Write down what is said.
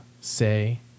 say